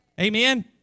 Amen